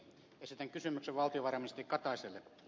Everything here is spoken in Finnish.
esitän kysymyksen valtiovarainministeri kataiselle